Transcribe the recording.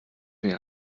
mir